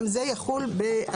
זה המצב היום.